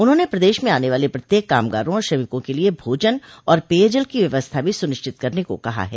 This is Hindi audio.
उन्होंने प्रदेश में आने वाले प्रत्येक कामगारों और श्रमिकों के लिये भोजन और पेयजल की व्यवस्था भी सुनिश्चित करने को कहा है